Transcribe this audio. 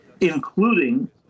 including